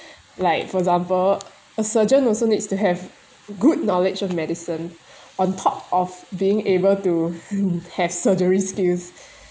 like for example a surgeon also needs to have good knowledge of medicine on top of being able to have surgery skills